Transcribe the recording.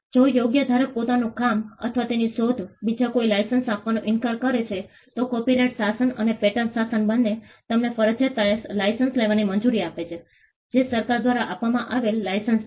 જો યોગ્ય ધારક પોતાનું કામ અથવા તેની શોધ બીજા કોઈને લાઇસન્સ આપવાનો ઇનકાર કરે છે તો કોપિરાઇટ શાસન અને પેટર્ન શાસન બંને તમને ફરજિયાત લાઇસન્સ લેવાની મંજૂરી આપે છે જે સરકાર દ્વારા આપવામાં આવેલ લાઇસન્સ છે